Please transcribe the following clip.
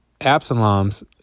Absalom's